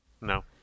No